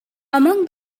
among